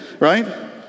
right